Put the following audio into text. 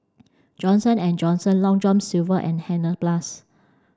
Johnson and Johnson Long John Silver and Hansaplast